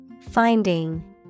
Finding